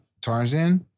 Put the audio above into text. Tarzan